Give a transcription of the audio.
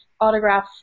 autograph